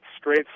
straight